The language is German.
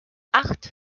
acht